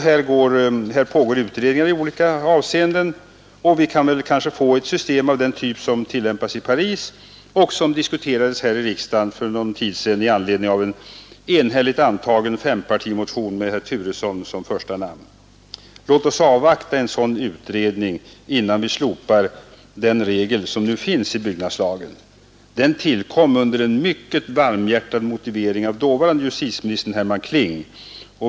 Här pågår utredningar i olika avseenden, och vi kanske kan få ett system av den typ som tillämpas i Paris och som diskuterades här i riksdagen för någon tid sedan i anledning av en enhälligt antagen fempartimotion med herr Turesson som första namn. Låt oss avvakta en sådan utredning, innan vi slopar den regel som nu finns i byggnadslagen. Den tillkom under en mycket varmhjärtad motivering av dåvarande justitieministern Herman Kling.